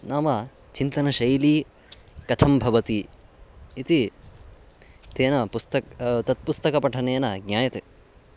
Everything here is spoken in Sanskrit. नाम चिन्तनशैली कथं भवति इति तेन पुस्त तत् पुस्तकपठनेन ज्ञायते